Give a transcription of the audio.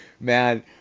man